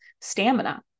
stamina